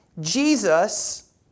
Jesus